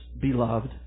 beloved